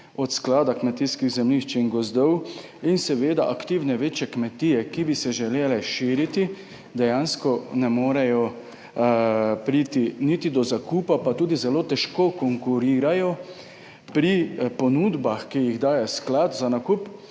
od Sklada kmetijskih zemljišč in gozdov in seveda aktivne večje kmetije, ki bi se želele širiti, dejansko ne morejo priti niti do zakupa, pa tudi zelo težko konkurirajo pri ponudbah, ki jih daje sklad za nakup,